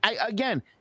Again